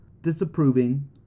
disapproving